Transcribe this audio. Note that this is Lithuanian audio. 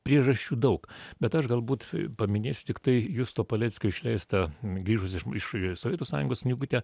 priežasčių daug bet aš galbūt paminėsiu tiktai justo paleckio išleistą grįžus iš iš sovietų sąjungos knygutę